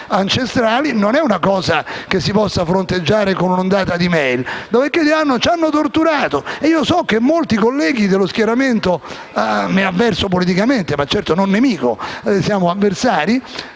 non è una cosa che si possa fronteggiare con un'ondata di *e-mail*. Diranno: «Ci hanno torturato!» e io so che molti colleghi dello schieramento a me avverso politicamente - ma certo non nemico, siamo avversari